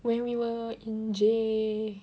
when we were in J